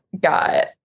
got